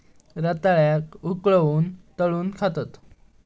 रताळ्याक उकळवून, तळून खातत